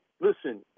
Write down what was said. Listen